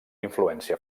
influència